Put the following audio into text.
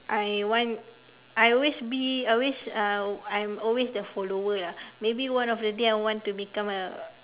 I want I always be always uh I am always the follower lah maybe one of the day I want to become a